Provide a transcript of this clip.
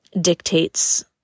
dictates